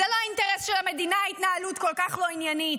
זה לא אינטרס של המדינה התנהלות כל כך לא עניינית.